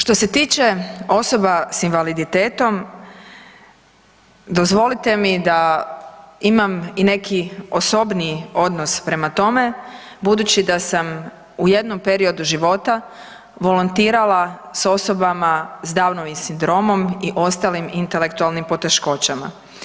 Što se tiče osoba s invaliditetom dozvolite mi da imam i neki osobniji odnos prema tome budući da sam u jednom periodu života volontirala s osobama s Downovim sindromom i ostalim intelektualnim poteškoćama.